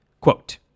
Quote